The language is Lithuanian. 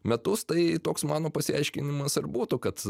metus tai toks mano pasiaiškinimas ir būtų kad